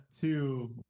Two